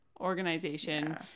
organization